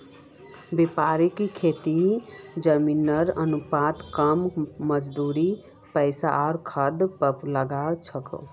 व्यापक खेतीत जमीनेर अनुपात कम मजदूर पैसा आर खाद लाग छेक